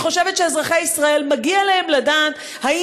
אני חושבת שלאזרחי ישראל מגיע לדעת אם